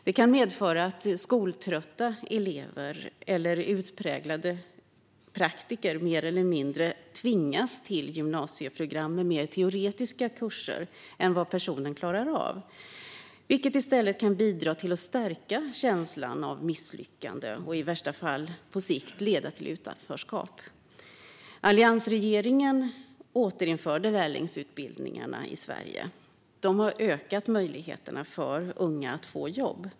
Det kan medföra att skoltrötta elever eller utpräglade praktiker mer eller mindre tvingas till gymnasieprogram med mer teoretiska kurser än personen klarar av, vilket kan bidra till att stärka känslan av misslyckande och i värsta fall på sikt leda till utanförskap. Alliansregeringen återinförde lärlingsutbildningarna i Sverige. Det har ökat möjligheten för fler unga att få jobb.